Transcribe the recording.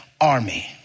army